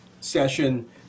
session